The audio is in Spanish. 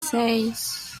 seis